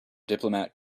diplomat